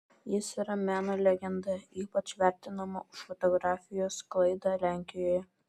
jis yra meno legenda ypač vertinama už fotografijos sklaidą lenkijoje